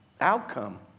outcome